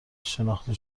شناخته